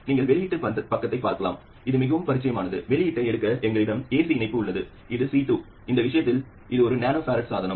நீங்கள் வெளியீட்டுப் பக்கத்தையும் பார்க்கலாம் இது மிகவும் பரிச்சயமானது வெளியீட்டை எடுக்க எங்களிடம் ஏசி இணைப்பு உள்ளது இது C2 இந்த விஷயத்தில் இது ஒரு நானோ ஃபராட் சாதனம்